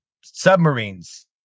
Submarines